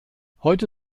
heute